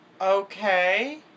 Okay